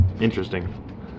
interesting